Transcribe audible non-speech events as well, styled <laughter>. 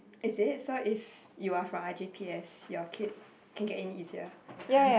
is it so if you are from R_G_P_S your kid can get in easier <laughs>